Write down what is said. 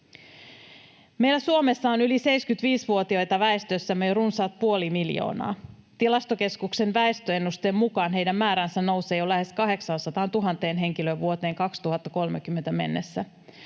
Meillä Suomessa on yli 75-vuotiaita väestössämme jo runsaat puoli miljoonaa. Tilastokeskuksen väestöennusteen mukaan heidän määränsä nousee jo lähes 800 000 henkilöön vuoteen 2030 mennessä.